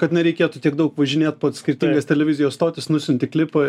kad nereikėtų tiek daug važinėt po skirtingas televizijos stotis nusiunti klipą